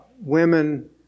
Women